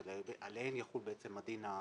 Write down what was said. שעליהן יחול הדין המוצע.